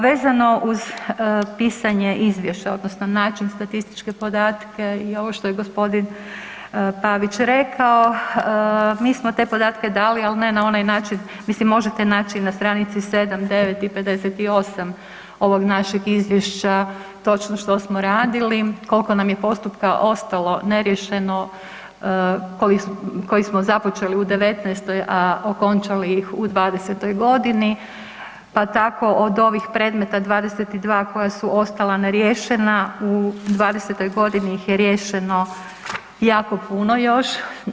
Vezano uz pitanje izvješća, odnosno način statističke podatke i ovo što je g. Pavić rekao, mi smo te podatke dali, ali ne na onaj način, mislim možete naći i na stranici 7, 9 i 58 ovog našeg Izvješća točno što smo radili, koliko nam je postupka ostalo neriješeno koji smo započeli u '19., a okončali ih u '20. g. pa tako od ovih predmeta 22 koji su ostali neriješena u '20. g. ih je riješeno jako puno još.